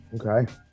Okay